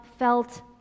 felt